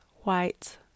white